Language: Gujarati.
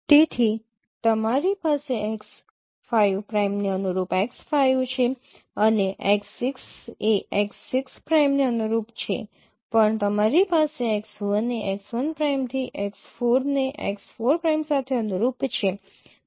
તેથી તમારી પાસે x 5 પ્રાઈમને અનુરૂપ x 5 છે પછી x 6 એ x 6 પ્રાઈમને અનુરૂપ છે પણ તમારી પાસે x 1 એ x 1 પ્રાઈમથી x 4 ને x 4 પ્રાઈમ સાથે અનુરૂપ છે